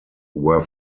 were